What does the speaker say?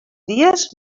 dies